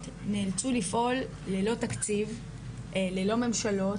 נאלצו לפעול ללא תקציב ללא ממשלות,